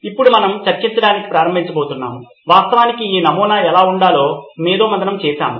ఇప్పుడు మనం చర్చించటం ప్రారంభించబోతున్నాం వాస్తవానికి ఈ నమూనా ఎలా ఉండాలో మేధోమధనము చేసాము